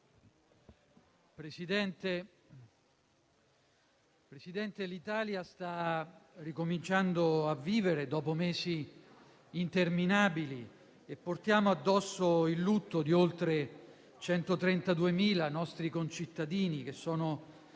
Presidente, l'Italia sta ricominciando a vivere, dopo mesi interminabili. Portiamo addosso il lutto di oltre 132.000 nostri concittadini che sono